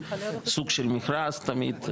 סוג של מכרז תמיד,